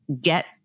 get